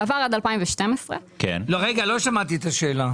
בעבר עד 2012. רגע, לא שמעתי את השאלה.